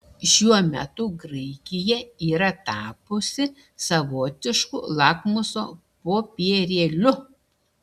šiuo metu graikija yra tapusi savotišku lakmuso popierėliu